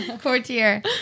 Courtier